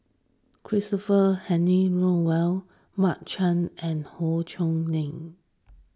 Christopher Henry Rothwell Mark Chan and Howe Yoon Chong